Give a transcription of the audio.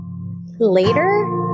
later